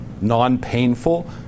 non-painful